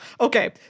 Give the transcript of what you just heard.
okay